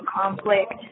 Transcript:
conflict